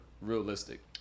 realistic